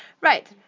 Right